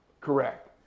Correct